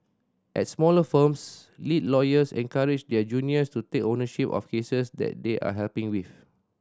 at smaller firms lead lawyers encourage their juniors to take ownership of cases that they are helping with